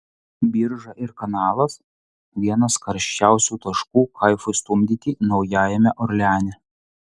birža ir kanalas vienas karščiausių taškų kaifui stumdyti naujajame orleane